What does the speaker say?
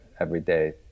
everyday